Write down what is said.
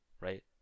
right